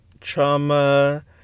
trauma